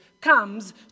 comes